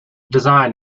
design